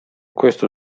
questo